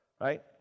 right